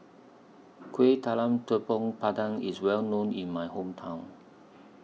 Kuih Talam Tepong Pandan IS Well known in My Hometown